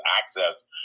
access